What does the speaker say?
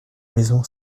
maison